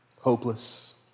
hopeless